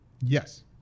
Yes